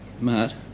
Matt